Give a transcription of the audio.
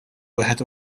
wieħed